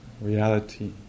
reality